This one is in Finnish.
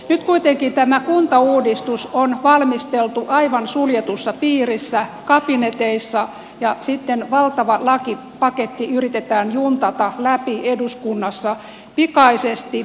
nyt kuitenkin tämä kuntauudistus on valmisteltu aivan suljetussa piirissä kabineteissa ja sitten valtava lakipaketti yritetään juntata läpi eduskunnassa pikaisesti